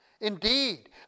Indeed